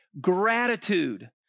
Gratitude